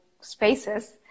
spaces